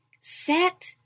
set